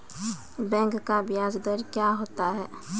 Bank का ब्याज दर क्या होता हैं?